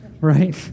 right